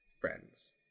friends